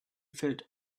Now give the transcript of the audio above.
felt